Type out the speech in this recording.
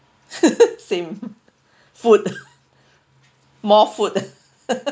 same food more food